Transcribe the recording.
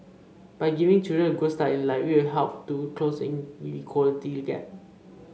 by giving children a good start in life it will help to close the inequality gap